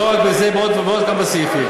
לא רק בזה, בעוד כמה סעיפים.